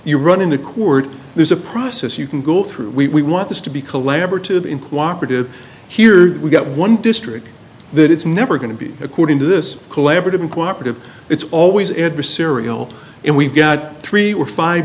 you run into court there's a process you can go through we want this to be collaborative in cooperated here we got one district that it's never going to be according to this collaborative uncooperative it's always adversarial and we've got three or five